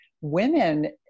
Women